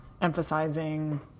emphasizing